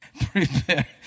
prepare